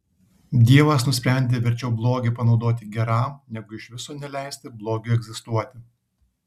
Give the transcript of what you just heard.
dievas nusprendė verčiau blogį panaudoti geram negu iš viso neleisti blogiui egzistuoti